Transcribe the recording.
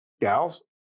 gals